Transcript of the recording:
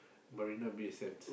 Marina Bay Sands